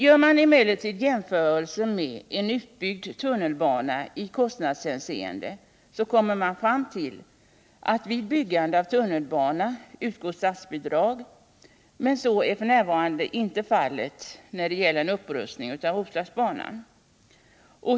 Gör man emellertid en jämförelse i kostnadshänseende med en utbyggd tunnelbana, kommer man fram till att vid byggande av tunnelbana utgår statsbidrag medan så f.n. inte är fallet när det gäller en upprustning av Roslagsbanan.